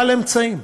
בעל אמצעים,